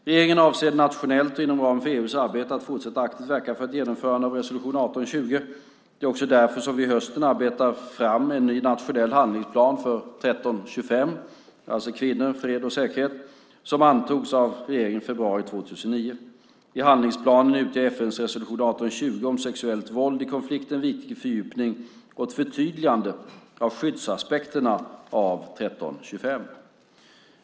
Regeringen avser nationellt och inom ramen för EU:s arbete att fortsatt aktivt verka för genomförande av resolution 1820. Det var också därför som vi under hösten arbetade fram en ny nationell handlingsplan för 1325 om kvinnor, fred och säkerhet som antogs av regeringen i februari 2009. I handlingsplanen utgör FN:s resolution 1820 om sexuellt våld i konflikt en viktig fördjupning och ett förtydligande av skyddsaspekten av resolution 1325.